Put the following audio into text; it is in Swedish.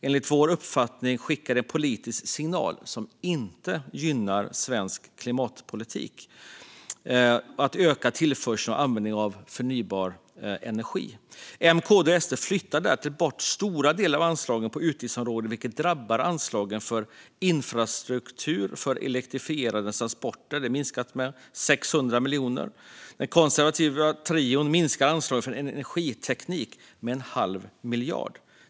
Enligt vår uppfattning skickar det en politisk signal som inte gynnar svensk klimatpolitik om att öka tillförseln och användningen av förnybar energi. M, KD och SD flyttar därtill stora delar av anslagen inom utgiftsområdet vilket drabbar anslagen för infrastruktur och elektrifierade transporter, som minskas med 600 miljoner. Den konservativa trion minskar därtill anslaget till energiteknik med en halv miljard.